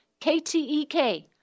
KTEK